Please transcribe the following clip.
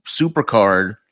SuperCard